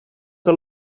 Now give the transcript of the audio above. que